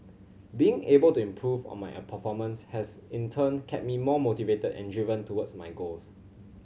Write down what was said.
being able to improve on my performance has in turn kept me more motivated and driven towards my goals